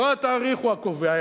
לא התאריך הוא הקובע,